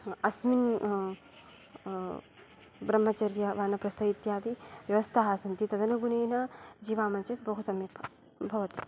अस्मिन् ब्रह्मचर्य वानप्रस्थम् इत्यादि व्यवस्थाः सन्ति तदनुगुणेन जीवाः चेत् बहु सम्यक् भव भवति